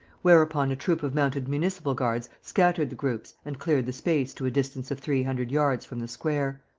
whereupon a troop of mounted municipal guards scattered the groups and cleared the space to a distance of three hundred yards from the square.